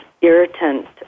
irritant